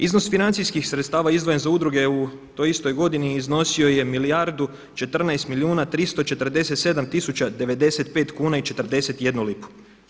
Iznos financijskih sredstava izdvojen za udruge je u toj istoj godini iznosio je milijardu 14 milijuna 347 tisuća 95 kuna i 41 lipu.